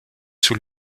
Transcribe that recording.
sous